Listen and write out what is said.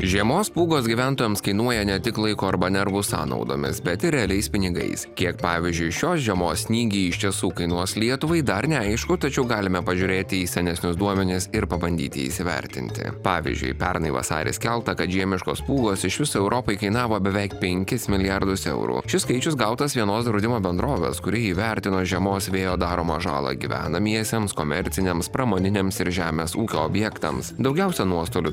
žiemos pūgos gyventojams kainuoja ne tik laiko arba nervų sąnaudomis bet ir realiais pinigais kiek pavyzdžiui šios žiemos snygiai iš tiesų kainuos lietuvai dar neaišku tačiau galime pažiūrėti į senesnius duomenis ir pabandyti įsivertinti pavyzdžiui pernai vasarį skelbta kad žiemiškos pūgos iš viso europai kainavo beveik penkis milijardus eurų šis skaičius gautas vienos draudimo bendrovės kuri įvertino žiemos vėjo daromą žalą gyvenamiesiems komerciniams pramoniniams ir žemės ūkio objektams daugiausia nuostolių